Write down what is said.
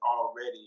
already